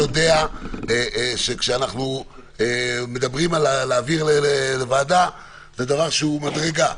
יודע שכשאנחנו מדברים על להעביר לוועדה זה דבר שהוא מדרגה.